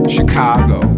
Chicago